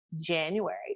January